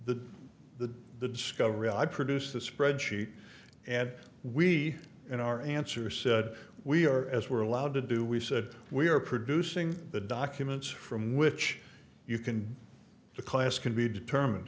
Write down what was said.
the the the discovery i produced the spreadsheet and we in our answer said we are as we're allowed to do we said we are producing the documents from which you can the class can be determined